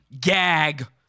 gag